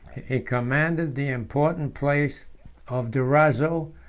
he commanded the important place of durazzo,